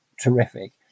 terrific